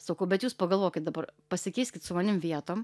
sakau bet jūs pagalvokit dabar pasikeiskit su manim vietom